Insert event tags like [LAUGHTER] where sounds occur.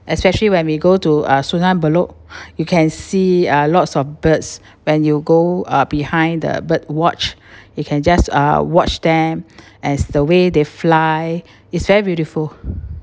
especially when we go to uh sungei buloh [BREATH] you can see uh lots of birds when you go uh behind the bird watch you can just uh watch them as the way they fly is very beautiful